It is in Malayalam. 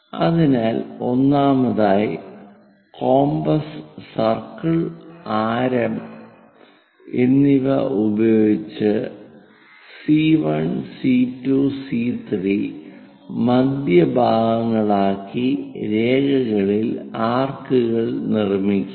അതിനാൽ ഒന്നാമതായി കോമ്പസ് സർക്കിൾ ആരം എന്നിവ ഉപയോഗിച്ച് C 1 C 2 C 3 C1 C2 C3 മധ്യഭാഗങ്ങൾ ആക്കി രേഖകളിൽ ആർക്കുകൾ നിർമിക്കുക